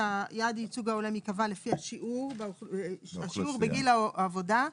שיעד הייצוג ההולם ייקבע לפי השיעור בגיל העבודה.